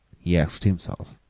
he asked himself,